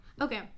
Okay